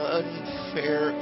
unfair